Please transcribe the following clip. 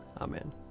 Amen